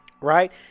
right